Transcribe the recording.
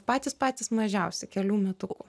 patys patys mažiausi kelių metukų